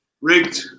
Rigged